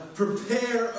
prepare